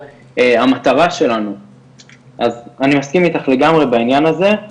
המטרה שלנו אז אני מסכים איתך לגמרי בעניין הזה.